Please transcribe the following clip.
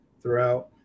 throughout